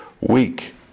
weak